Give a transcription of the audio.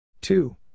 two